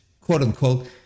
quote-unquote